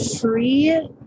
free